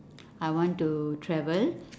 I want to travel